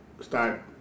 start